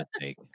mistake